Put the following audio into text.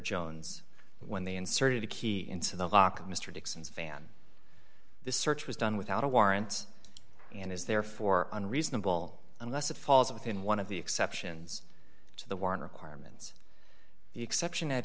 jones when they inserted a key into the lock of mr dixon's van this search was done without a warrant and is therefore unreasonable unless it falls within one of the exceptions to the warrant requirements the exception at